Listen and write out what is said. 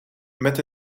met